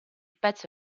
pezzo